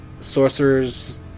Sorcerer's